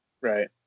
Right